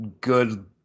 good